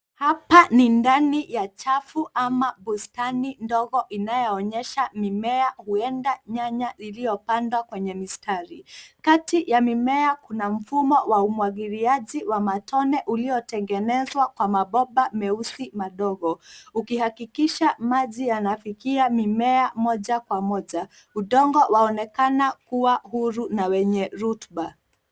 Hapa ni ndani ya chafu ama bustani ndogo inayoonyesha mimea huenda nyanya iliyopandwa kwenye mistari. Kati ya mimea kuna mfumo wa umwagiliaji wa matone uliotengenezwa kwa mabomba meusi madogo. Ukihakikisha maji yanafikia mimea moja kwa moja. Udongo waonekana kuwa huru na wenye rutuba.